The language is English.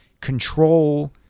control